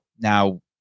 now